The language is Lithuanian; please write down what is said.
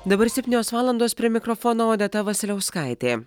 dabar septynios valandos prie mikrofono odeta vasiliauskaitė